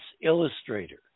illustrator